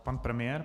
Pan premiér.